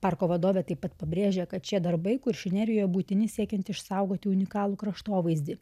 parko vadovė taip pat pabrėžia kad šie darbai kuršių nerijoje būtini siekiant išsaugoti unikalų kraštovaizdį